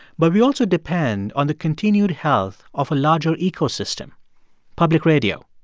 but we also depend on the continued health of a larger ecosystem public radio.